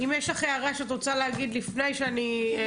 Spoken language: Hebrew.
אם יש לך הערה שאת רוצה להגיד לפני שאני מסכמת